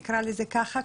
נקרא לזה ככה,